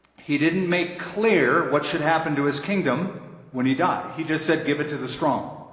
he didn't make clear what should happen to his kingdom when he died. he just said give it to the strong.